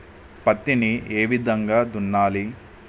పత్తిని ఏ విధంగా దున్నాలి?